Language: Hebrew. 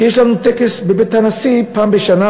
כשיש לנו טקס בבית הנשיא פעם בשנה.